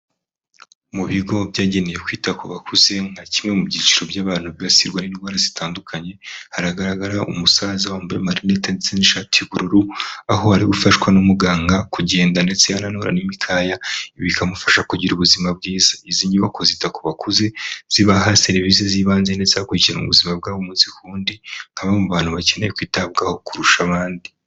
Mu bigo byagenewe kwita ku bakuze nka kimwe mu byiciro by'abantu bibasirwa n'indwara zitandukanye, hagaragara umusaza wambaye amarinete ndetse n'ishati y'ubururu, aho ari gufashwa n'umuganga kugenda ndetse ananura n'imikaya bikamufasha kugira ubuzima bwiza. Izi nyubako zita ku bakuze zibaha serivisi z'ibanze ndetse hakurikirana ubuzima bwa umunsi ku wundi, nka bamwe mu bantu bakeneye kwitabwaho kurusha abandi.